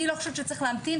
אני לא חושבת שצריך להמתין.